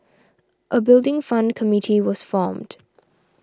a Building Fund committee was formed